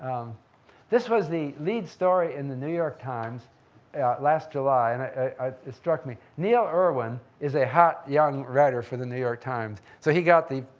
this was the lead story in the new york times last july and it struck me. neil irwin is a hot young writer for the new york times, so he got the,